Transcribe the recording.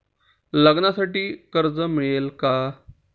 लग्नासाठी कर्ज मिळेल का?